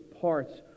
parts